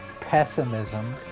pessimism